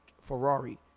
Ferrari